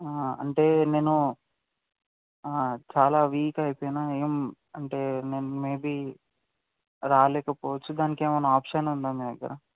అంటే నేను చాలా వీక్ అయిపోయిన ఏమి అంటే నేను మేబీ రాలేకపోవచ్చు దానికి ఏమన్న ఆప్షన్ ఉందా మీ దగ్గర